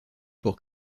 pour